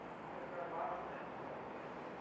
because there are broader plans for what to do here.